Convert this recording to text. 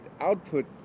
output